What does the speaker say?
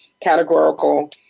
categorical